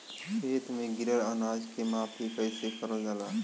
खेत में गिरल अनाज के माफ़ी कईसे करल जाला?